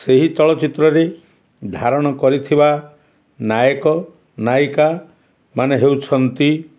ସେହି ଚଳଚ୍ଚିତ୍ରରେ ଧାରଣ କରିଥିବା ନାୟକ ନାୟିକାମାନେ ହେଉଛନ୍ତି